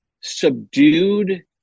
subdued